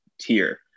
tier